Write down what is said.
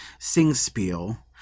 singspiel